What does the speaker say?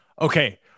Okay